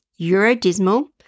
Eurodismal